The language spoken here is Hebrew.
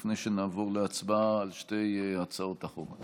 לפני שנעבור להצבעה על שתי הצעות החוק,